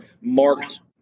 marks